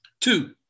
Two